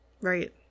Right